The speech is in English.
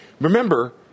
Remember